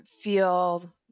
feel